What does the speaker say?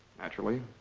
naturally.